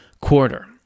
quarter